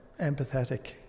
empathetic